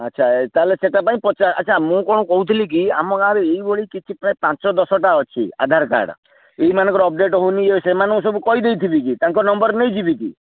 ଆଚ୍ଛା ତା'ହେଲେ ସେଇଟା ପାଇଁ ଆଚ୍ଛା ମୁଁ କ'ଣ କହୁଥିଲି କି ଆମ ଗାଁରେ ଏଇଭଳି କିଛି ପ୍ରାୟ ପାଞ୍ଚ ଦଶଟା ଅଛି ଆଧାର କାର୍ଡ଼ ଏଇ ମାନଙ୍କର ଅପଡ଼େଟ୍ ହେଉନି ଇଏ ସେମାନଙ୍କୁ ସବୁ କହିଦେଇଥିବି କି ତାଙ୍କ ନମ୍ବର ନେଇଯିବି କି